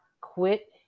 quit